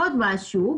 עוד משהו.